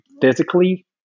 physically